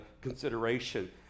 consideration